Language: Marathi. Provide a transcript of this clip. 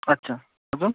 अच्छा अजून